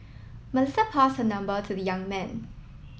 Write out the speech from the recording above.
Melissa pass her number to the young man